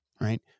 Right